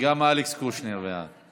גם אלכס קושניר בעד.